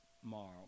tomorrow